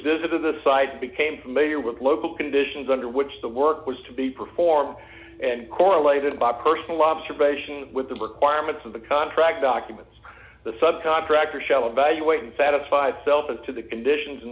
visited the side became familiar with local conditions under which the work was to be performed and correlated by personal observation with the requirements of the contract documents the sub contractor shall evaluate and satisfy self as to the conditions and